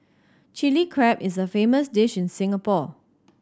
Chilli Crab is a famous dish in Singapore